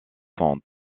sont